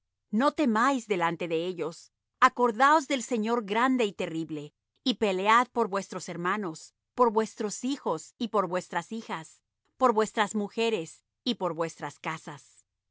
no temáis delante de ellos acordaos del seños grande y terrible y pelead por vuestros hermanos por vuestros hijos y por vuestras hijas por vuestras mujeres y por vuestras casas